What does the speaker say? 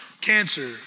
Cancer